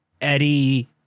Eddie